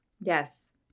Yes